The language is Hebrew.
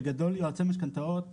בגדול יועצי משכנתאות הם